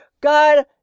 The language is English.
God